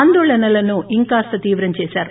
ఆందోళనలను ఇంకాస్త తీవ్రం చేశారు